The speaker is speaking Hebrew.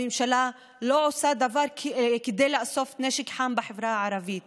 הממשלה לא עושה דבר כדי לאסוף נשק חם בחברה הערבית